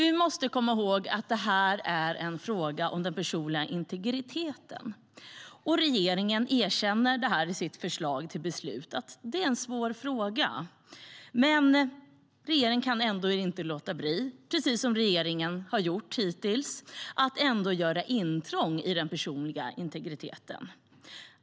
Vi måste komma ihåg att det här är en fråga om den personliga integriteten. Regeringen erkänner det i sitt förslag till beslut, att det är en svår fråga. Men regeringen kan ändå inte låta bli att göra intrång i den personliga integriteten, precis som regeringen har gjort hittills.